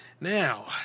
Now